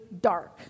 dark